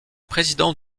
président